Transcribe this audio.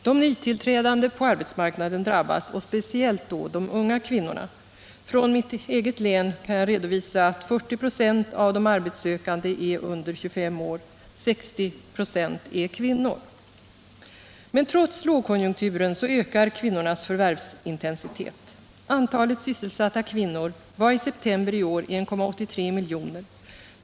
De nytillträdande på arbetsmarknaden drabbas, speciellt då de unga kvinnorna. Från mitt eget län kan jag redovisa att 40 96 av de arbetssökande är under 25 år, 60 96 är kvinnor. Men trots lågkonjunkturen ökar kvinnornas förvärvsintensitet. Antalet sysselsatta kvinnor var i september i år 1,83 miljoner.